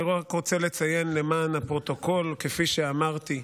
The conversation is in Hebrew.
אני רק רוצה לציין למען הפרוטוקול: כפי שאמרתי,